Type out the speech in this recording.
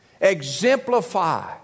Exemplify